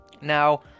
Now